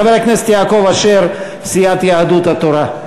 חבר הכנסת יעקב אשר, סיעת יהדות התורה.